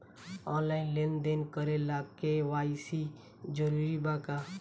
Online लेन देन करे ला के.वाइ.सी जरूरी बा का?